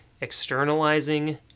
externalizing